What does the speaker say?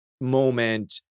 moment